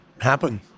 happen